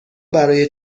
برای